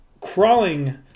crawling